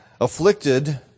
Afflicted